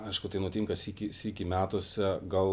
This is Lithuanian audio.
aišku tai nutinka sykį sykį metuose gal